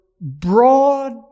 broad